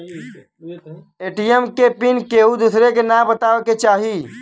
ATM के PIN केहू दुसरे के न बताए के चाही